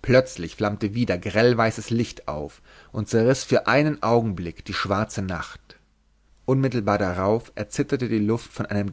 plötzlich flammte wieder grellweißes licht auf und zerriß für einen augenblick die schwarze nacht unmittelbar darauf erzitterte die luft von einem